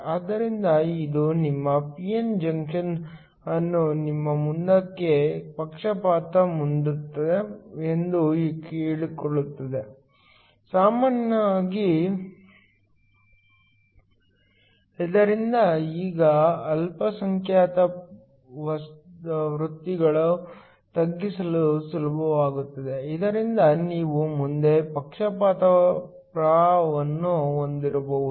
ಆದ್ದರಿಂದ ಇದು ನಿಮ್ಮ ಪಿ ಎನ್ ಜಂಕ್ಷನ್ ಅನ್ನು ನಿಮ್ಮ ಮುಂದಕ್ಕೆ ಪಕ್ಷಪಾತ ಮಾಡುತ್ತಿದೆ ಎಂದು ಹೇಳುವುದಕ್ಕೆ ಸಮನಾಗಿದೆ ಇದರಿಂದ ಈಗ ಅಲ್ಪಸಂಖ್ಯಾತ ವೃತ್ತಿಗಳು ತಗ್ಗಿಸಲು ಸುಲಭವಾಗುತ್ತದೆ ಇದರಿಂದ ನೀವು ಮುಂದೆ ಪಕ್ಷಪಾತದ ಪ್ರವಾಹವನ್ನು ಹೊಂದಬಹುದು